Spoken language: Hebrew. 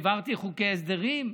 העברתי חוקי הסדרים.